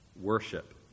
worship